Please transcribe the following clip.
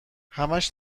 همش